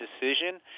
decision